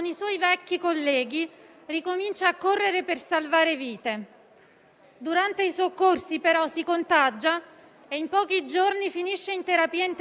Questo tempo sospeso è carico di storie,